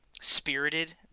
Spirited